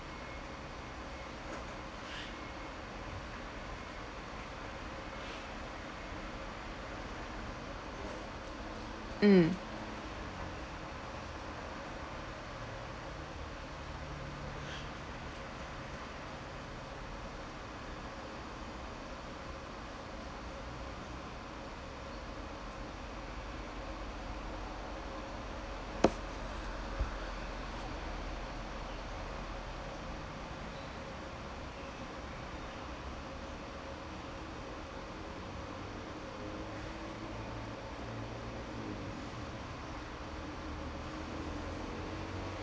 mm